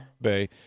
Bay